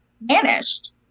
vanished